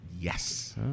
Yes